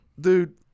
Dude